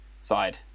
side